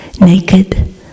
naked